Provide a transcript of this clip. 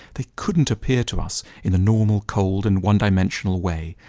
they couldn't appear to us in the normal cold and one-dimensional way,